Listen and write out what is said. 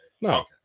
No